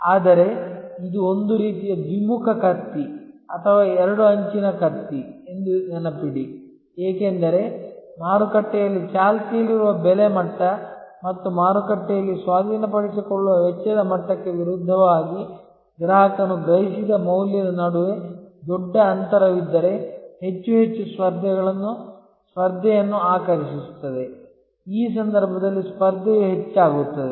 ಆದರೆ ಇದು ಒಂದು ರೀತಿಯ ದ್ವಿಮುಖ ಕತ್ತಿ ಅಥವಾ ಎರಡು ಅಂಚಿನ ಕತ್ತಿ ಎಂದು ನೆನಪಿಡಿ ಏಕೆಂದರೆ ಮಾರುಕಟ್ಟೆಯಲ್ಲಿ ಚಾಲ್ತಿಯಲ್ಲಿರುವ ಬೆಲೆ ಮಟ್ಟ ಮತ್ತು ಮಾರುಕಟ್ಟೆಯಲ್ಲಿ ಸ್ವಾಧೀನಪಡಿಸಿಕೊಳ್ಳುವ ವೆಚ್ಚದ ಮಟ್ಟಕ್ಕೆ ವಿರುದ್ಧವಾಗಿ ಗ್ರಾಹಕನು ಗ್ರಹಿಸಿದ ಮೌಲ್ಯದ ನಡುವೆ ದೊಡ್ಡ ಅಂತರವಿದ್ದರೆ ಹೆಚ್ಚು ಹೆಚ್ಚು ಸ್ಪರ್ಧೆಯನ್ನು ಆಕರ್ಷಿಸುತ್ತದೆ ಈ ಸಂದರ್ಭದಲ್ಲಿ ಸ್ಪರ್ಧೆಯು ಹೆಚ್ಚಾಗುತ್ತದೆ